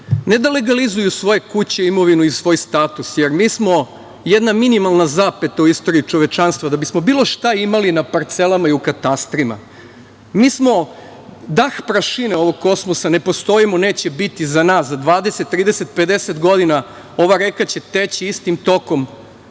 ne da legalizuju svoje kuće, imovinu i svoj status, jer mi smo jedna minimalna zapeta u istoriji čovečanstva da bismo bilo šta imali na parcelama i u katastrima mi smo dah prašine ovog kosmosa, ne postojimo, neće biti za nas za 20, 30, 50 godina ova reka će teći istim tokom,